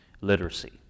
literacy